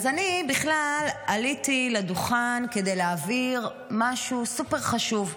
אני בכלל עליתי לדוכן כדי להעביר משהו סופר-חשוב.